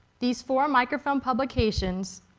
these four microfilm publications